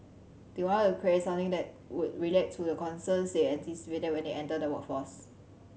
they wanted create something that would relate to the concerns they anticipated when they enter the workforce